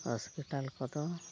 hospital ᱠᱚᱫᱚ